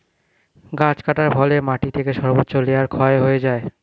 গাছ কাটার ফলে মাটি থেকে সর্বোচ্চ লেয়ার ক্ষয় হয়ে যায়